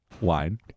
wine